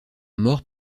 mort